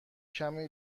کمی